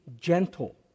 gentle